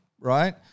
right